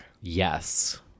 Yes